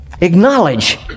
Acknowledge